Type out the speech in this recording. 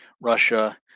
Russia